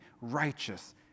righteous